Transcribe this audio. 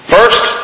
First